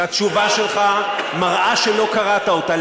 והתשובה שלך מראה שלא קראת אותה.